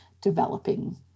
developing